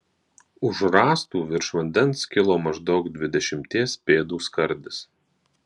už rąstų virš vandens kilo maždaug dvidešimties pėdų skardis